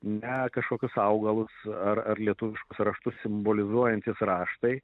ne kažkokius augalus ar ar lietuviškus raštus simbolizuojantys raštai